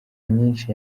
nyinshi